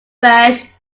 fresh